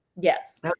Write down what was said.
Yes